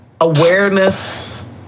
awareness